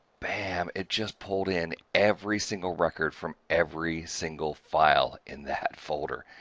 bam it just pulled in every single record from every single file in that folder.